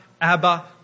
Abba